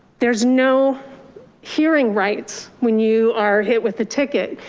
there's no hearing rights when you are hit with the ticket.